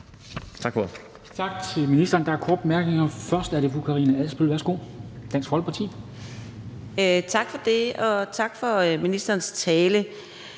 Tak for det, og tak til ministeren for talen.